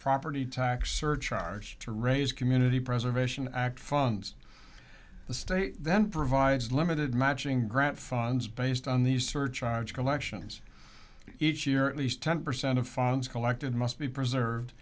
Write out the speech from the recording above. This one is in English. property tax surcharge to raise community preservation act funds the state then provides limited matching grant funds based on these surcharge collections each year at least ten percent of funds collected must be preserved